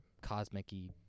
cosmic-y